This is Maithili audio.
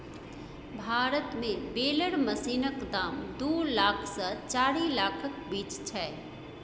भारत मे बेलर मशीनक दाम दु लाख सँ चारि लाखक बीच छै